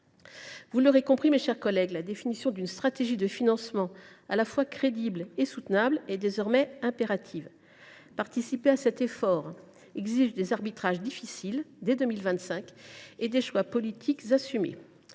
Vous l’aurez compris, mes chers collègues, une stratégie de financement à la fois crédible et soutenable est désormais impérative. Cet effort exige des arbitrages difficiles, dès 2025, ainsi que des choix politiques assumés.